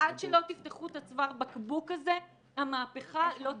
ועד שלא תפתחו את הצוואר בקבוק הזה המהפכה לא תסתיים.